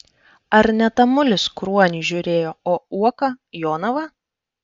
ar ne tamulis kruonį žiūrėjo o uoka jonavą